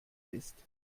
ist